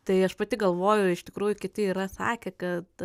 tai aš pati galvoju iš tikrųjų kiti yra sakę kad